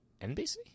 NBC